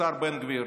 השר בן גביר,